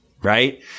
Right